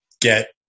get